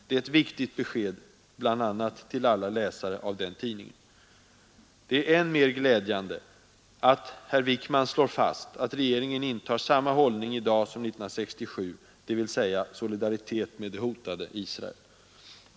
Det är ett viktigt besked, bl.a. till alla läsare av den tidningen. Det är än mer glädjande att herr Wickman slår fast, att regeringen intar samma hållning i dag som 1967, dvs. solidaritet med det hotade Israel.